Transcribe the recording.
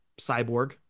Cyborg